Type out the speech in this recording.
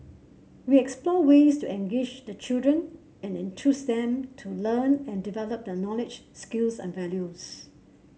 we explore ways to engage the children and enthuse them to learn and develop their knowledge skills and values